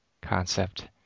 concept